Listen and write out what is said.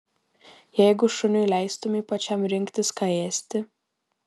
jeigu šuniui leistumei pačiam rinktis ką ėsti